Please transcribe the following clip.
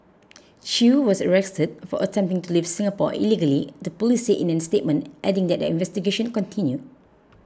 chew was arrested for attempting to leave Singapore illegally the police said in a statement adding that their investigation continued